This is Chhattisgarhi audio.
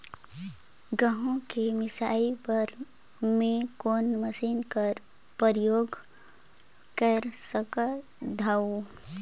गहूं के मिसाई बर मै कोन मशीन कर प्रयोग कर सकधव?